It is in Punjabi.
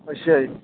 ਅੱਛਾ ਜੀ